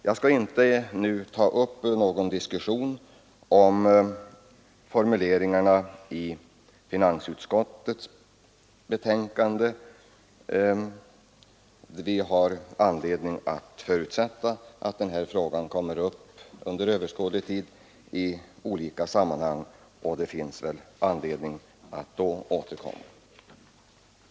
Jag skall nu inte ta upp någon diskussion om formuleringarna i finansutskottets betänkande och om varför inte socialdemokraterna fullföljer dem. Det kan förutsättas att ärendet kommer upp under överskådlig tid i olika sammanhang, och det finns orsak att återkomma då.